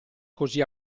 così